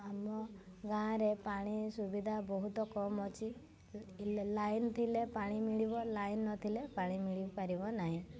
ଆମ ଗାଁରେ ପାଣି ସୁବିଧା ବହୁତ କମ ଅଛି ଇଲେଲେ ଲାଇନ୍ ଥିଲେ ପାଣି ମିଳିବ ଲାଇନ୍ ନଥିଲେ ପାଣି ମିଳିପାରିବ ନାହିଁ